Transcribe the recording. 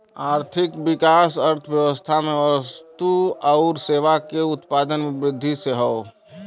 आर्थिक विकास अर्थव्यवस्था में वस्तु आउर सेवा के उत्पादन में वृद्धि से हौ